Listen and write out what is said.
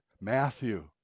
matthew